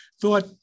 thought